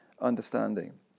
understanding